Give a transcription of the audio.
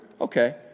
okay